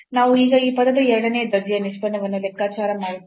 ನಾವು ಈಗ ಈ ಪದದ ಎರಡನೇ ದರ್ಜೆಯ ನಿಷ್ಪನ್ನವನ್ನು ಲೆಕ್ಕಾಚಾರ ಮಾಡುತ್ತೇವೆ